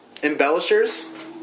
Embellishers